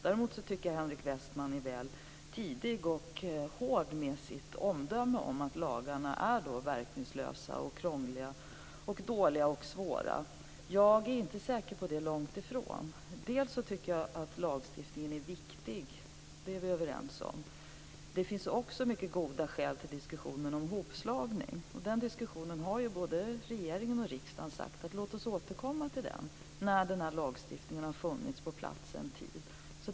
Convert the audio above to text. Däremot tycker jag att Henrik Westman är väl tidig och hård med sitt omdöme att lagarna är verkningslösa, krångliga, dåliga och svåra. Jag är inte säker på det - långtifrån. Jag tycker att lagstiftningen är viktig. Det är vi överens om. Det finns också mycket goda skäl till diskussionen om hopslagning. Den diskussionen har både regering och riksdag sagt att vi ska återkomma till när lagstiftningen har funnits en tid.